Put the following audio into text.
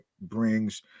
brings